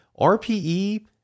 RPE